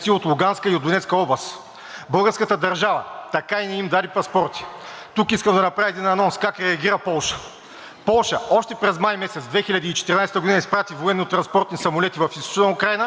Полша още през май месец 2014 г. изпрати военнотранспортни самолети в Източна Украйна, които натовариха тристата поляци – етнически поляци, но украински граждани, от Луганска област, и ги изпратиха в Полша,